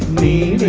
the